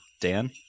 Dan